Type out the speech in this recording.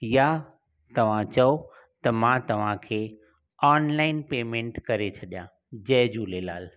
या तव्हां चओ त मां तव्हांखे ऑनलाइन पैमेंट करे छॾियां जय झूलेलाल